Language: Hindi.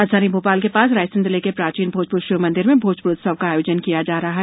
राजधानी भोपाल के पास रायसेन जिले के प्राचीन भोजप्र शिव मंदिर में भोजप्र उत्सव का आयोजन किया जा रहा है